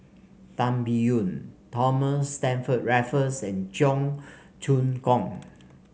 Tan Biyun Thomas Stamford Raffles and Cheong Choong Kong